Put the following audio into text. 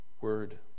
word